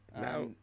Now